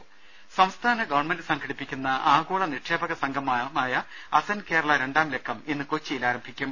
് സംസ്ഥാന ഗവൺമെന്റ് സംഘടിപ്പിക്കുന്ന ആഗോള നിക്ഷേപക സംഗമമായ അസെൻഡ് കേരള രണ്ടാം ലക്കം ഇന്ന് കൊച്ചിയിൽ ആരംഭി ക്കും